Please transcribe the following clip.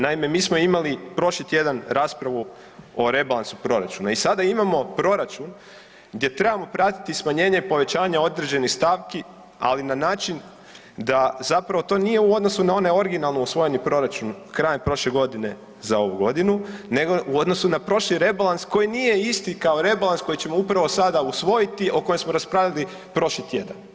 Naime, mi smo imali prošli tjedan raspravu o rebalansu proračuna i sada imamo proračun gdje trebamo pratiti smanjenje povećanja određenih stavki, ali na način da to nije u odnosu na onaj originalno usvojeni proračun krajem prošle godine za ovu godinu nego u odnosu na prošli rebalans koji nije isti kao rebalans koji ćemo upravo sada usvojiti o kojem smo raspravili prošli tjedan.